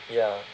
ya